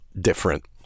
different